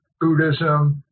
Buddhism